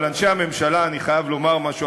על אנשי הממשלה אני חייב לומר משהו,